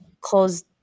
close